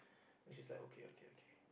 then she's like okay okay okay